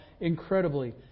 incredibly